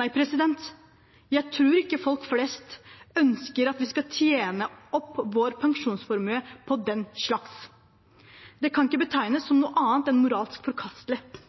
Nei – jeg tror ikke folk flest ønsker at vi skal tjene opp vår pensjonsformue på den slags. Det kan ikke betegnes som noe annet